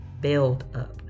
buildup